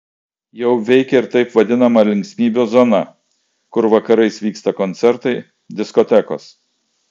jau veikia ir taip vadinama linksmybių zona kur vakarais vyksta koncertai diskotekos